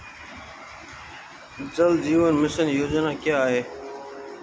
जल जीवन मिशन योजना क्या है?